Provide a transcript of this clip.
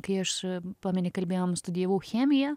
kai aš pameni kalbėjom studijavau chemiją